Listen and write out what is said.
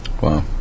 Wow